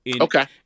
Okay